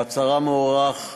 מעצרם הוארך.